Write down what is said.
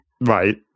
Right